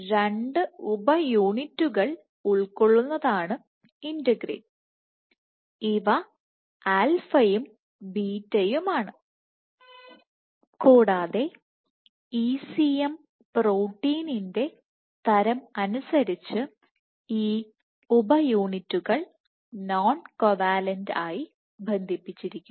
രണ്ട് ഉപ യൂണിറ്റുകൾ ഉൾക്കൊള്ളുന്നതാണ് ഇന്റഗ്രിൻ ഇവ ആൽഫയും Aplha 𝝰 ബീറ്റയുമാണ് Beta 𝝱 കൂടാതെ ECM പ്രോട്ടീന്റെ തരം അനുസരിച്ച് ഈ ഉപ യൂണിറ്റുകൾ നോൺ കോവാലന്റ് ആയി ബന്ധിപ്പിച്ചിരിക്കുന്നു